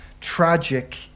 tragic